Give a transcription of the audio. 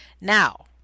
Now